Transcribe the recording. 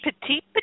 Petite